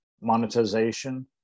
monetization